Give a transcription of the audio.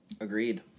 Agreed